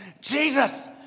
Jesus